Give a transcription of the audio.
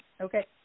okay